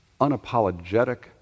unapologetic